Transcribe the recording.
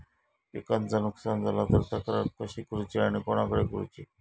पिकाचा नुकसान झाला तर तक्रार कशी करूची आणि कोणाकडे करुची?